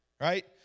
right